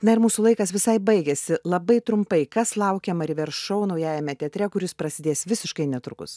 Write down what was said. na ir mūsų laikas visai baigėsi labai trumpai kas laukia mari ver šou naujajame teatre kuris prasidės visiškai netrukus